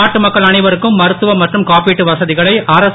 நாட்டு மக்கள் அனைவருக்கும் மருத்துவ மற்றும் காப்பீட்டு வசதிகளை அரசு